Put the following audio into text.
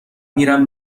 میرم